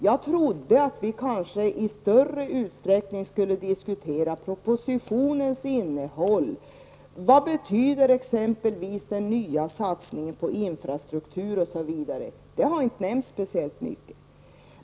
Jag trodde att vi i större utsträckning skulle diskutera propositionens innehåll och sådana frågor som t.ex. betydelsen av den nya satsningen på infrastrukturen, men detta har inte nämnts särskilt mycket.